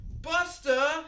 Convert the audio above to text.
Buster